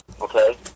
okay